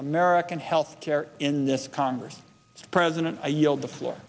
american health care in this congress president i yield the floor